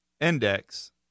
index